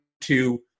to-